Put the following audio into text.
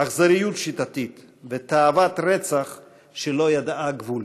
אכזריות שיטתית ותאוות רצח שלא ידעה גבול.